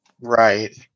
Right